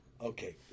Okay